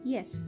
Yes